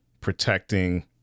protecting